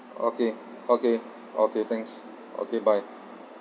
okay okay okay thanks okay bye